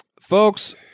Folks